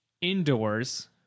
indoors